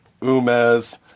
Umez